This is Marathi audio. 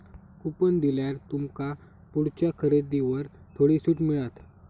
कुपन दिल्यार तुमका पुढच्या खरेदीवर थोडी सूट मिळात